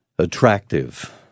attractive